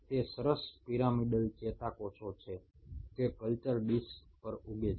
এই পিরামিড আকৃতির নিউরনগুলো কালচার ডিসে এই ভাবে বৃদ্ধি পাচ্ছে